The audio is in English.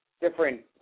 different